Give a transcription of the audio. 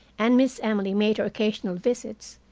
and miss emily made her occasional visits,